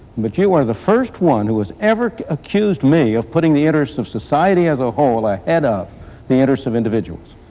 but you are the first one who has ever accused me of putting the interests of society as a whole ahead of the interests of individuals.